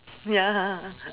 ya